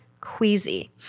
queasy